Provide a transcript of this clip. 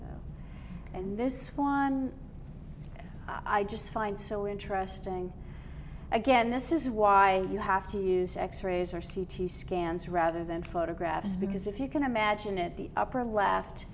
vest and this one i just find so interesting again this is why you have to use x rays or c t scans rather than photographs because if you can imagine it the upper left